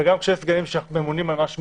וגם כשיש סגנים שממונים על משהו מסוים,